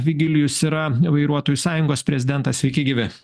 vigilijus yra vairuotojų sąjungos prezidentas sveiki gyvi